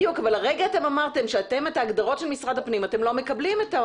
אבל הרגע אתם אמרתם שאת ההגדרות של משרד הפנים אתם לא מקבלים.